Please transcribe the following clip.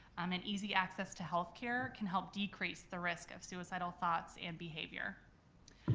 um and easy access to healthcare can help decrease the risk of suicidal thoughts and behavior.